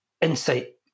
insight